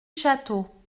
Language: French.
château